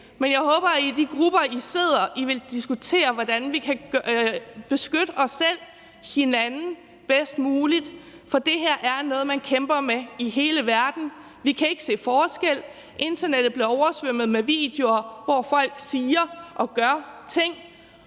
men jeg håber, at I i de grupper, hvor I sidder, vil diskutere, hvordan vi kan beskytte os selv og hinanden bedst muligt, for det her er noget, man kæmper med i hele verden. Vi kan ikke se forskel på det, og internettet bliver oversvømmet med videoer, hvor folk siger og gør nogle